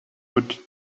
would